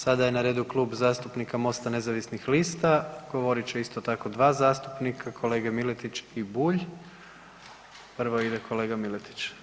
Sada je na redu Klub zastupnika MOST-a nezavisnih lista, govorit će isto tako dva zastupnika, kolege Miletić i Bulj, prvo ide kolega Miletić.